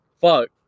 Fuck